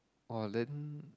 !wah! then